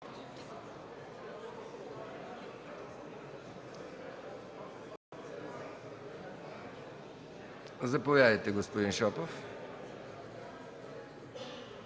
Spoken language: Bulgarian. Заповядайте, господин Миков.